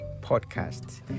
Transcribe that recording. podcast